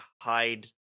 hide